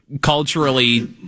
culturally